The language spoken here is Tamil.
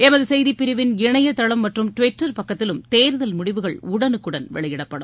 எமது செய்தி பிரிவின் இணையதளம் மற்றும் டுவிட்டர் பக்கத்திலும் தேர்தல் முடிவுகள் உடனுக்குடன் வெளியிடப்படும்